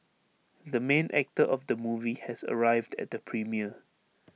the main actor of the movie has arrived at the premiere